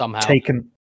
taken